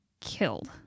killed